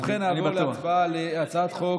ובכן, נעבור להצבעה על הצעת החוק.